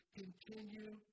continue